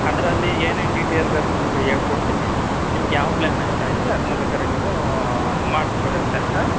ಅದರಲ್ಲಿ ಏನೇನು ಡಿಟೈಲ್ ಬೇಕು ನಿಮಗೆ ಹೇಳ್ಕೊಡ್ತಿನಿ ನಿಮ್ಗೆ ಯಾವ ಪ್ಲಾನ್ ಅಷ್ಟೈತೆ ಅದನ್ನ ಬೇಕಾದ್ರೆ ನೀವು ಮಾಡಿಸ್ಕೊಳ್ಳಿ ಅಂತೆ ಹಾಂ